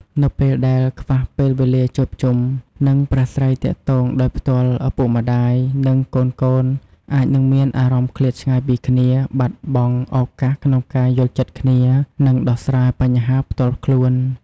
នៅពេលដែលខ្វះពេលវេលាជួបជុំ និងប្រាស្រ័យទាក់ទងដោយផ្ទាល់ ឪពុកម្ដាយ និងកូនៗអាចនឹងមានអារម្មណ៍ឃ្លាតឆ្ងាយពីគ្នា បាត់បង់ឱកាសក្នុងការយល់ចិត្តគ្នា និងដោះស្រាយបញ្ហាផ្ទាល់ខ្លួន។